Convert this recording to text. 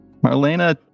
Marlena